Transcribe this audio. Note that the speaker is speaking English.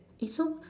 eh so